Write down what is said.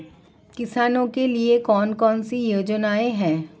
किसानों के लिए कौन कौन सी योजनाएं हैं?